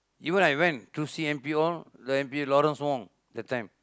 even I went to see M_P all the M_P Lawrence-Wong that time